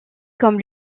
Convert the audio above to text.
comme